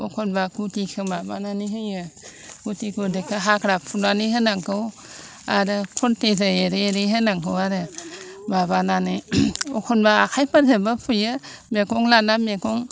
एखनबा गुदिखौ माबानानै होयो गुदि गुदिखौ हाग्रा फुनानै होनांगौ आरो खन्थिजों एरै एरै होनांगौ आरो माबानानै एखनबा आखाइफोरजोंबो फुयो मैगं लाना मैगं